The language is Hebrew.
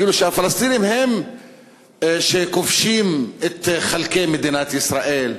כאילו הפלסטינים הם שכובשים את חלקי מדינת ישראל,